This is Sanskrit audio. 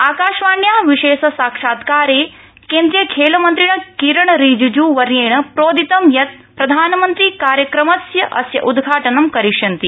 आकाशवाण्या विशेष साक्षात्कारे केन्द्रीय खेलमन्त्रिणा किरण रिजिज्वर्येण प्रोदित यत् प्रधानमन्त्री कार्यक्रमस्यास्य उद्घाटनं करिष्यन्ति